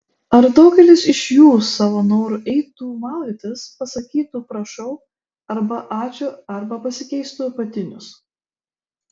ar daugelis iš jų savo noru eitų maudytis pasakytų prašau arba ačiū arba pasikeistų apatinius